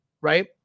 right